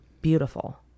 beautiful